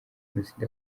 jenoside